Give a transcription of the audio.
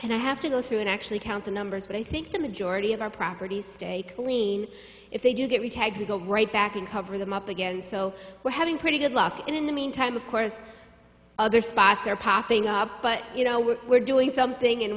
and i have to go through and actually count the numbers but i think the majority of our properties stay clean if they do get right back and cover them up again so we're having pretty good luck and in the meantime of course other spots are popping up but you know we're we're doing something and